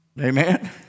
Amen